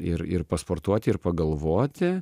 ir ir pasportuoti ir pagalvoti